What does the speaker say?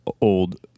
old